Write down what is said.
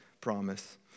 promise